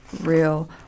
real